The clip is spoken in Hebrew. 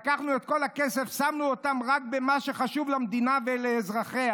'לקחנו את כל הכסף ושמנו אותו רק במה שחשוב למדינה ולאזרחיה,